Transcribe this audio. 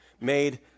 made